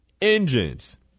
engines